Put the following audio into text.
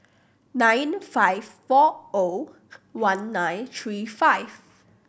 nine in five four zero one nine three five